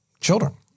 children